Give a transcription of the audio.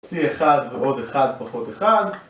סי אחד ועוד אחד פחות אחד